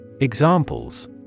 Examples